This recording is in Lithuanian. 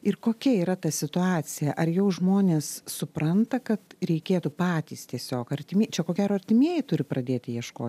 ir kokia yra ta situacija ar jau žmonės supranta kad reikėtų patys tiesiog artimi čia ko gero artimieji turi pradėti ieškot